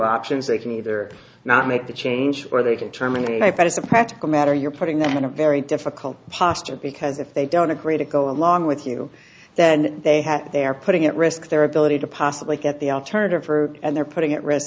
options they can either not make the change or they can terminate but as a practical matter you're putting them in a very difficult posture because if they don't agree to go along with you then they have they are putting at risk their ability to possibly get the alternative route and they're putting at r